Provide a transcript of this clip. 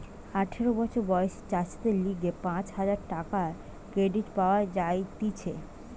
আঠারো বছর বয়সী চাষীদের লিগে পাঁচ হাজার টাকার ক্রেডিট পাওয়া যাতিছে